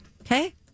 Okay